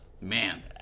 Man